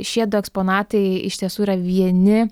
šie du eksponatai iš tiesų yra vieni